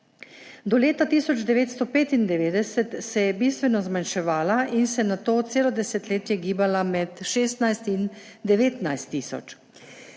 Do leta 1995 se je bistveno zmanjševala in se nato celo desetletje gibala med 16 tisoč in 19 tisoč.